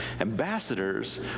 Ambassadors